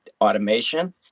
automation